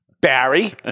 Barry